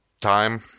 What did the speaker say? time